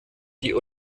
die